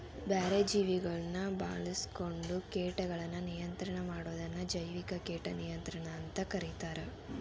ಬ್ಯಾರೆ ಜೇವಿಗಳನ್ನ ಬಾಳ್ಸ್ಕೊಂಡು ಕೇಟಗಳನ್ನ ನಿಯಂತ್ರಣ ಮಾಡೋದನ್ನ ಜೈವಿಕ ಕೇಟ ನಿಯಂತ್ರಣ ಅಂತ ಕರೇತಾರ